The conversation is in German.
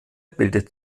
bildet